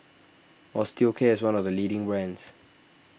Osteocare is one of the leading brands